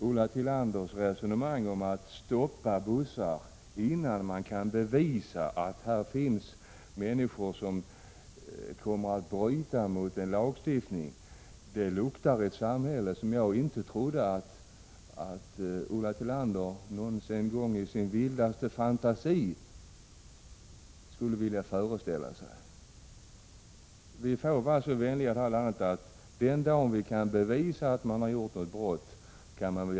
Ulla Tillanders resonemang om att man skulle stoppa bussar innan man kan bevisa att där finns människor som kommer att bryta mot vissa lagar luktar ett samhälle som jag inte trodde att Ulla Tillander ens i sin vildaste fantasi skulle vilja tänka sig. Vi får vara så vänliga att här i landet se till att den dag vi kan bevisa att det har begåtts något brott, kan åtgärder vidtas.